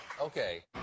Okay